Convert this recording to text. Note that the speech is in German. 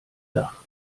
dach